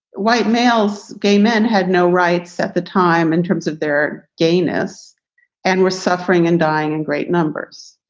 white males, gay men had no rights at the time in terms of their gayness and were suffering and dying in great numbers.